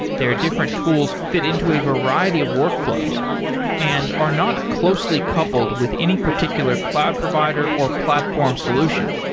their different tools fit into a variety of workflows and are not closely coupled with any particular cloud provider or platform solution.